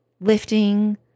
lifting